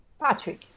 Patrick